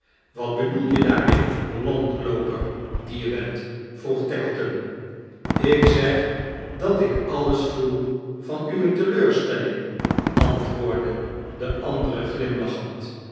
wat bedoel je daarmee landlooper die je bent vroeg tackleton ik zeg dat ik alles voelvan uwe teleurstelling antwoordde de andere glimlachend